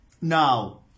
now